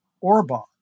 Orban